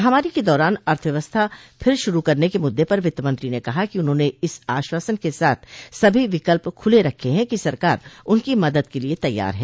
महामारी के दौरान अर्थव्यवस्था फिर शुरू करने के मुद्दे पर वित्तमंत्री ने कहा कि उन्होंने इस आश्वासन के साथ सभी विकल्प खुले रखे हैं कि सरकार उनकी मदद के लिए तैयार है